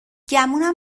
گمونم